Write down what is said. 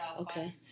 Okay